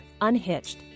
Unhitched